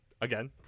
again